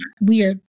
weird